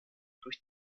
durch